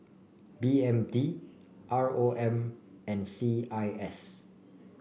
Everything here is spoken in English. B M T R O M and C I S